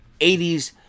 80s